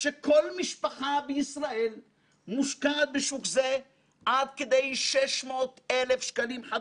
שכל משפחה בישראל מושקעת בשוק זה עד כדי 600,000 ש"ח,